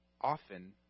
often